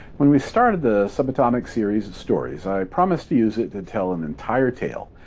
when we started the subatomic series stories, i promised to use it to tell an entire tale,